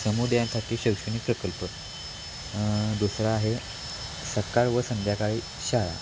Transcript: समुदायांसाठी शैक्षणिक प्रकल्प दुसरा आहे सकाळ व संध्याकाळी शाळा